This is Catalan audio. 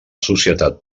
societat